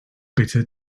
bitter